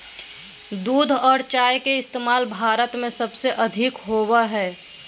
दूध आर चाय के इस्तमाल भारत में सबसे अधिक होवो हय